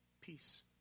peace